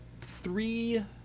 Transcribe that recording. three